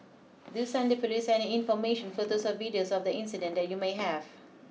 do send the Police any information photos or videos of the incident you may have